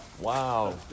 Wow